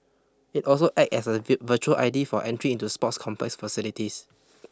it also acts as a virtual I D for entry into sports complex facilities